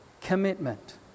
commitment